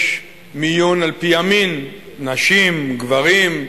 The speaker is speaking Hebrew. יש מיון על-פי המין, נשים, גברים,